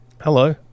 Hello